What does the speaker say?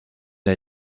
der